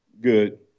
Good